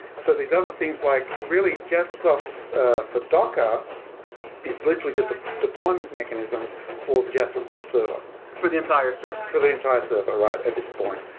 so these other things like, really jaspersoft ah for docker is literally just a deployment mechanism for the jasperreport server for the entire server for the entire server, right, at this point.